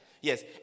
Yes